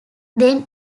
then